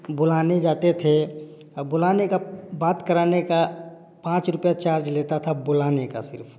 बुलाने जाते थे अब बुलाने का बात कराने का पाँच रुपये चार्ज लेता था बुलाने का सिर्फ